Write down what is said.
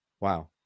Wow